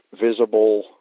visible